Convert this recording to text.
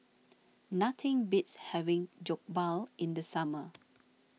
nothing beats having Jokbal in the summer